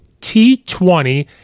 T20